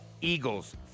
Eagles